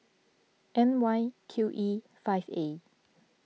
N Y Q E five A